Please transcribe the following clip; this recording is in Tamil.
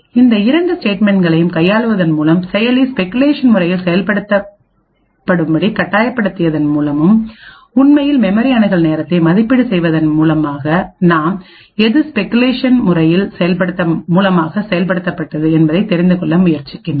இந்த இரண்டு ஸ்டேட்மென்ட்களையும்கையாளுவதன் மூலமும் செயலியை ஸ்பெகுலேஷன் முறையில் செயல்படுத்தும்படி கட்டாயப்படுத்தியதன் மூலமும் உண்மையில் மெமரி அணுகல் நேரத்தை மதிப்பீடு செய்வதன் மூலமாக நாம் எது ஸ்பெகுலேஷன் மூலம் செயல்படுத்தப்பட்டது என்பதனை தெரிந்து கொள்ள முயற்சிக்கின்றோம்